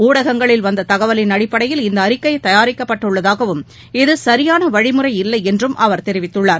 ஊடகங்களில் வந்த தகவலின் அடிப்படையில் இந்த அறிக்கை தயாரிக்கப்பட்டுள்ளதாகவும் இது சரியான வழிமுறை இல்லையென்றும் அவர் தெரிவித்துள்ளார்